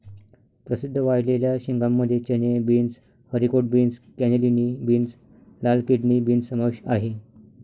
प्रसिद्ध वाळलेल्या शेंगांमध्ये चणे, beans, haricot beans, cannellini beans, लाल किडनी बीन्स समावेश आहे